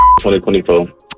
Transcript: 2024